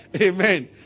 Amen